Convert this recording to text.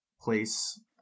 place